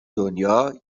دنیا